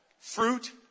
fruit